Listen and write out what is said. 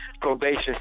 probation